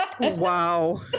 wow